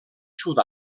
sud